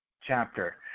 chapter